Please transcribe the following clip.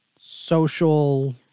social